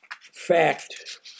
fact